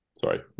Sorry